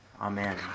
Amen